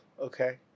okay